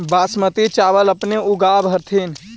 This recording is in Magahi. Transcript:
बासमती चाबल अपने ऊगाब होथिं?